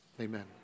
Amen